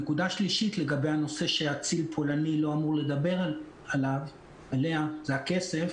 נקודה שלישית לגבי הנושא שאציל פולני לא אמור לדבר עליה זה הכסף.